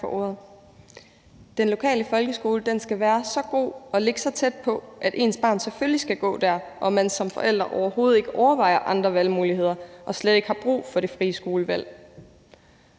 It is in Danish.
Den lokale folkeskole skal være så god og ligge så tæt på, at ens barn selvfølgelig skal gå der, og at man som forældre overhovedet ikke overvejer andre valgmuligheder og slet ikke har brug for det frie skolevalg.